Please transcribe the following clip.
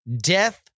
death